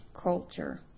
culture